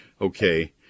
Okay